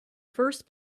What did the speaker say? first